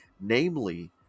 namely